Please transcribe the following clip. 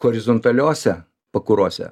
horizontaliose pakurose